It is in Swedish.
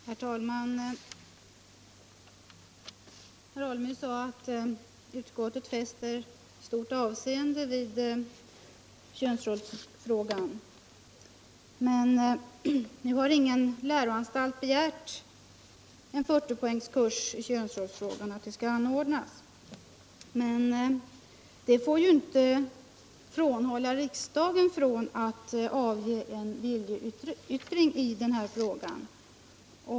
Herr talman! Herr Alemyr sade att utskottet fäster stort avseende vid könsrollsfrågor, men ännu har ingen läroanstalt begärt att en 40-poängskurs i könsrollsfrågor skall anordnas. Det får emellertid inte hindra riksdagen från att avge en viljeyttring i detta ärende.